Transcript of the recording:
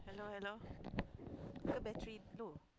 hello hello ke battery low